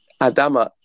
Adama